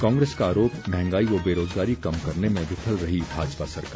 कांग्रेस का आरोप महंगाई व बेरोजगारी कम करने में विफल रही भाजपा सरकार